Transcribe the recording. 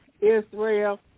Israel